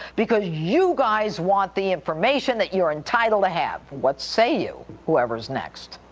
because you guys want the information that you're entitled to have. what say you? whoever's next.